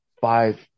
five